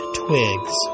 twigs